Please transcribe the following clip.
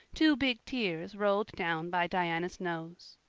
two big tears rolled down by diana's nose.